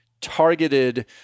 Targeted